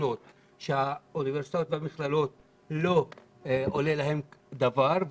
שונות כאשר לאוניברסיטאות ולמכללות זה לא עולה דבר,